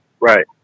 right